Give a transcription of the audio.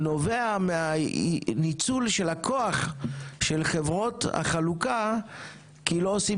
נובע מהניצול של הכוח של חברות החלוקה כי לא עושים